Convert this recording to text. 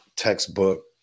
textbook